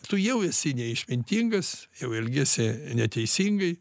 tu jau esi neišmintingas jau elgiesi neteisingai